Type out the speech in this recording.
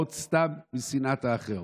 הן באות סתם משנאת האחר.